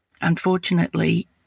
unfortunately